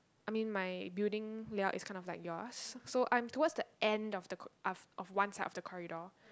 I mean my building layout is kind of like yours so I'm towards the end of the corr~ of of one side of the corridor